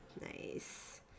Nice